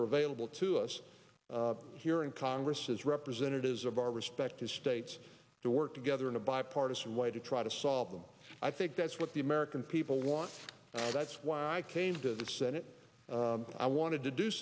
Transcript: are available to us here in congress as representatives of our respective states to work together in a bipartisan way to try to solve them i think that's what the american people want and that's why i came to the senate i wanted to do